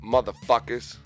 Motherfuckers